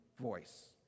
voice